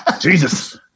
Jesus